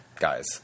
guys